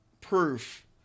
proof